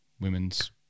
women's